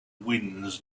winds